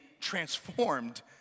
transformed